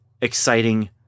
exciting